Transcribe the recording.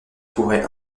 pourrait